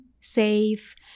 safe